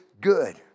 good